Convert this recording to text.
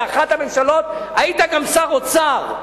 באחת הממשלות היית גם שר אוצר.